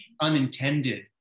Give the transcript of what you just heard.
unintended